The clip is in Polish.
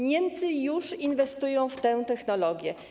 Niemcy już inwestują w tę technologię.